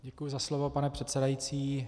Děkuji za slovo, pane předsedající.